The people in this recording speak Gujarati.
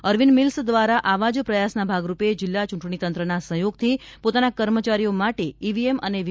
અરવિંદ મિલ્સ દ્વારા આવા જ પ્રયાસ ના ભાગ રૂપે જીલ્લા ચૂંટણી તંત્રના સહયોગ થી પોતાના કર્મચારીઓ માટે ઇવીએમ અને વી